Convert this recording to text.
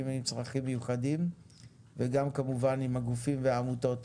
עם צרכים מיוחדים וגם כמובן עם הגופים ועמותות.